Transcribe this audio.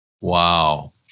Wow